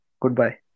Goodbye